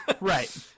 Right